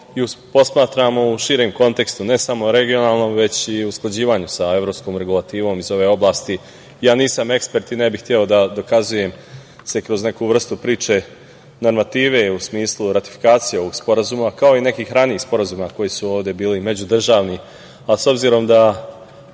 je posmatramo u širem kontekstu, ne samo regionalno, nego i usklađivanju sa evropskom regulativom iz ove oblasti. Ja nisam ekspert i ne bih hteo da se dokazujem kroz neku vrstu priče normative, u smislu ratifikacije ovog sporazuma, kao i nekih ranijih sporazuma koji su ovde bili, međudržavni. S obzirom da